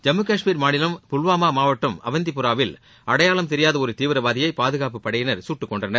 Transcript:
ஜம்மு கஷ்மீர் மாநிலம் புல்வாமா மாவட்டம் அவந்திபுராவில் அடையாளம் தெரியாத ஒரு தீவிரவாதியை பாதுகாப்புப்படையினர் குட்டுக்கொன்றனர்